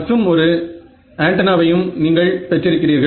மற்றும் ஒரு ஆண்டனாவையும் நீங்கள் பெற்றிருக்கிறீர்கள்